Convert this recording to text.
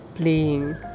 playing